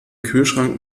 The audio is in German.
kühlschrank